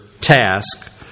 task